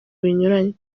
binyuranye